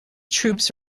troops